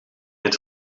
het